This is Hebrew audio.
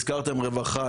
הזכרתם רווחה,